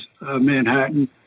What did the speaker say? Manhattan